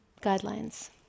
guidelines